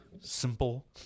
simple